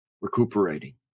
recuperating